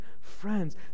friends